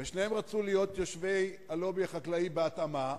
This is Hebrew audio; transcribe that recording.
ושניהם רצו להיות יושבי-ראש הלובי החקלאי בהתאמה.